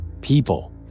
people